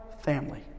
family